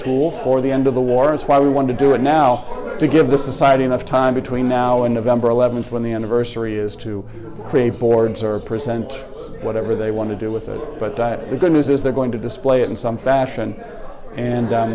tool for the end of the war that's why we want to do it now to give the society enough time between now and november th when the anniversary is to create boards or present whatever they want to do with it but the good news is they're going to display it in some fashion and don